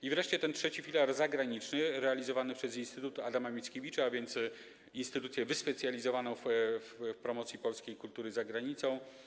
I wreszcie ten trzeci filar - zagraniczny, realizowany przez Instytut Adama Mickiewicza, a więc instytut wyspecjalizowany w promocji polskiej kultury za granicą.